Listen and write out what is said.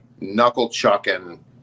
knuckle-chucking